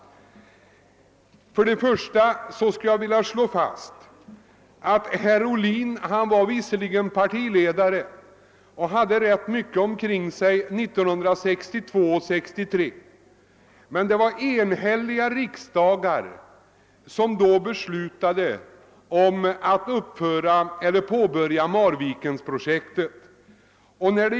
Herr Ohlin var visserligen partiledare och hade rätt mycket omkring sig både 1962 och 1963, men det var enhälliga beslut som riksdagen då fattade om att påbörja Marvikenprojektet.